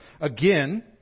Again